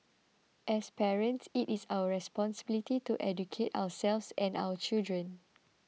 as parents it is our responsibility to educate ourselves and our children